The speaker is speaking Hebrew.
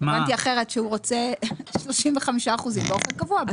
הבנתי אחרת, שהוא רוצה 35% באופן קבוע.